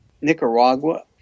Nicaragua